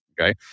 Okay